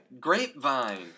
grapevine